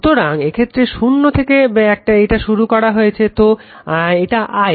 সুতরাং এক্ষেত্রে শূন্য থেকে এটা শুরু হয়েছে তো এটা I